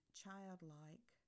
childlike